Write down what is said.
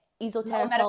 esoteric